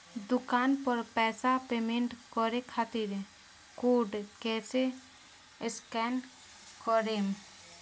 दूकान पर पैसा पेमेंट करे खातिर कोड कैसे स्कैन करेम?